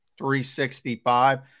365